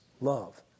Love